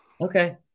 okay